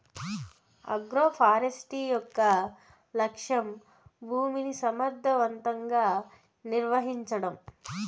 agroforestry యొక్క లక్ష్యం భూమిని సమర్ధవంతంగా నిర్వహించడం